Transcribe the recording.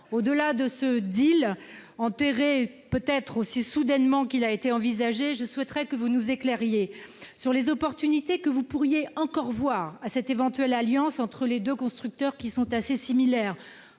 Au-delà de ce « deal » enterré peut-être aussi soudainement qu'il a été envisagé, je souhaiterais que vous nous éclairiez sur les opportunités que vous pourriez encore voir à cette éventuelle alliance entre ces constructeurs assez similaires,